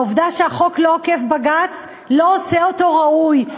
העובדה שהחוק אינו עוקף-בג"ץ לא עושה אותו ראוי.